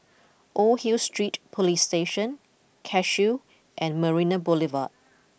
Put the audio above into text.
Old Hill Street Police Station Cashew and Marina Boulevard